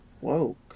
woke